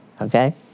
okay